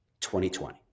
2020